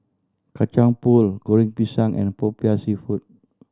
Kacang Pool Goreng Pisang and Popiah Seafood